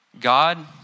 God